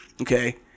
okay